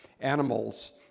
animals